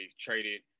traded